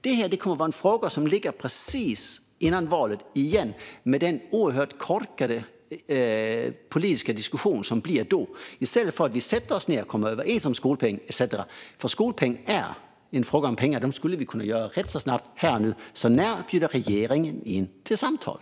Detta kommer återigen att vara en fråga som ligger precis före valet, med den oerhört korkade politiska diskussion vi får då, i stället för att vi sätter oss ned och kommer överens om skolpeng etcetera. Skolpeng är en fråga om pengar, så det skulle vi kunna göra rätt snabbt här och nu. Så när bjuder regeringen in till samtal?